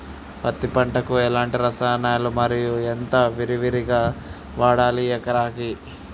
పత్తి పంటకు ఎలాంటి రసాయనాలు మరి ఎంత విరివిగా వాడాలి ఎకరాకి?